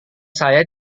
saya